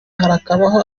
harakabaho